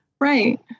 Right